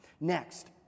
next